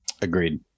Agreed